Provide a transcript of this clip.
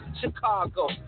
Chicago